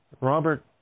Robert